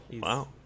Wow